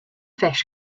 fish